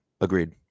Agreed